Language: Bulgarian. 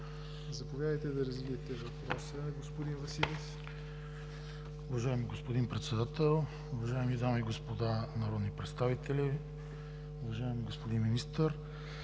Заповядайте, да развиете въпроса, господин Василев.